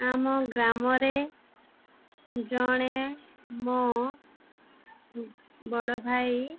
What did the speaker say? ଆମ ଗ୍ରାମରେ ଜଣେ ମୋ ବଡ଼ ଭାଇ